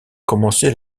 commencer